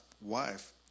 wife